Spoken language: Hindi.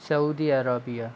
Saudi Arabia